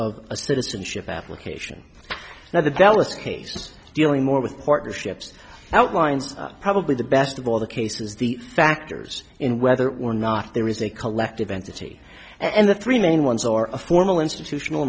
a citizenship application now the dallas case dealing more with partnerships outlines probably the best of all the cases the factors in whether or not there is a collective entity and the three main ones are a formal institutional